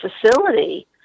facility